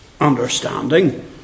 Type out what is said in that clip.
understanding